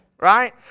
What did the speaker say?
Right